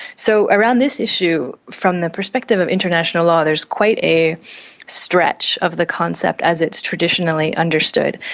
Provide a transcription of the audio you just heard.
so around this issue, from the perspective of international law there's quite a stretch of the concept as it is traditionally understood,